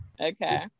okay